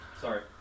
Sorry